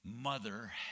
mother